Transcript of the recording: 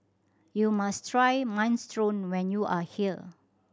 you must try Minestrone when you are here